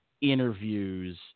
interviews